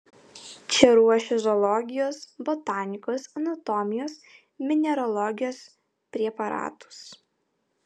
čia ruošė zoologijos botanikos anatomijos mineralogijos preparatus